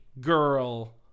girl